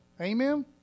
Amen